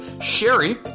Sherry